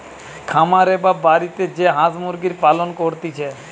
খামারে বা বাড়িতে যে হাঁস মুরগির পালন করতিছে